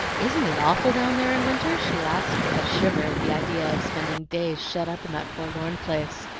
isn't it awful down there in winter? she asked, with a shiver at the idea of spending days shut up in that forlorn place,